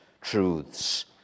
truths